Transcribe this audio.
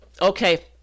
Okay